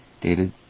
dated